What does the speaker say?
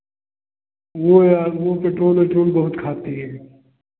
वो यार वो पेट्रोल उट्रोल बहुत खाती है